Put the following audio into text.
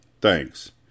Thanks